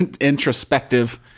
introspective